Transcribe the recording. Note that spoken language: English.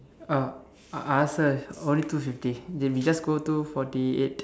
uh I ask her only two fifty dey we just go two forty eight